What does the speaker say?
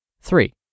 Three